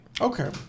Okay